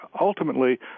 ultimately